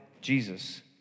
Jesus